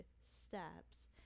steps